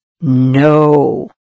No